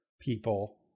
people